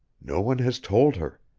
no one has told her.